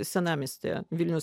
senamiestyje vilniaus